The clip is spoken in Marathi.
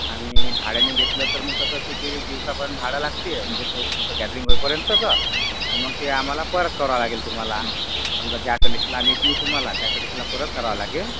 आणि भाड्याने घेतलं तर मग कसं की ते दिवसा पण भाडं लागते म्हणजे तो तुमचा गॅदरिंग होईपर्यंतचा आणि मग ते आम्हाला परत करावं लागेल तुम्हाला समजा ज्या कंडिशला आम्ही देऊ तुम्हाला त्या कंडिशला परत करावा लागेल